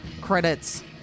credits